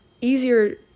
easier